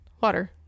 water